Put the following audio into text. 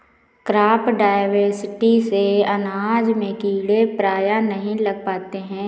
crop diversity से अनाज में कीड़े प्रायः नहीं लग पाते हैं